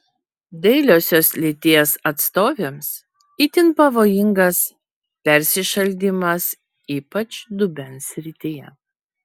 dailiosios lyties atstovėms itin pavojingas persišaldymas ypač dubens srityje